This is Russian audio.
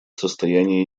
состояние